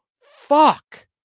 Fuck